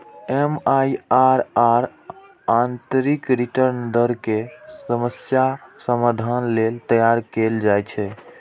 MIRR आंतरिक return दर के समस्याक समाधान लेल तैयार कैल जाइ छै